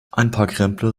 einparkrempler